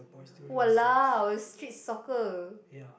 !walao! street soccer